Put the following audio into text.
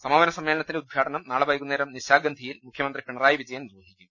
സമാപന സമ്മേളനത്തിന്റെ ഉദ്ഘാടനം നാളെ വൈകുന്നേരം നിശാഗന്ധിയിൽ മുഖ്യമന്ത്രി പിണറായി വിജയൻ നിർവഹിക്കും